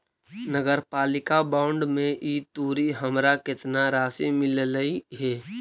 नगरपालिका बॉन्ड में ई तुरी हमरा केतना राशि मिललई हे?